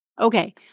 Okay